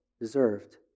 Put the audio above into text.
deserved